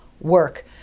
work